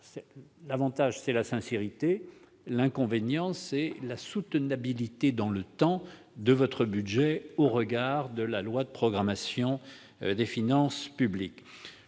L'avantage c'est la sincérité ; l'inconvénient, c'est la soutenabilité dans le temps de votre budget au regard de la loi de programmation des finances publiques.